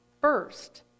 first